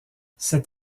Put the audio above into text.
cet